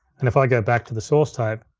and if i go back to the source tape,